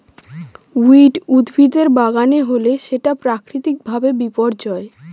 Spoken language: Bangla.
উইড উদ্ভিদের বাগানে হলে সেটা প্রাকৃতিক ভাবে বিপর্যয়